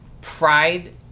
pride